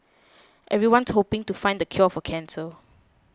everyone hoping to find the cure for cancer